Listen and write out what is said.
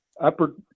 upper